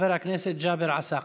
חבר הכנסת ג'אבר עסאקלה.